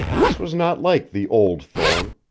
this was not like the old thorne,